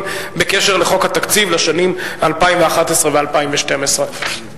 בקשר לחוק התקציב לשנים 2011 ו-2012".